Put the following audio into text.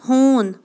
ہوٗن